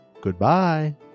goodbye